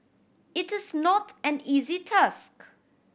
it is not an easy task